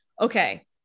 Okay